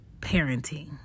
parenting